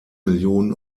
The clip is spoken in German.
millionen